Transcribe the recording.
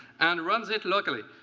and runs it locally.